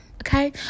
okay